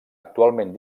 actualment